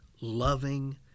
loving